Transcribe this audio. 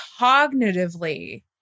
cognitively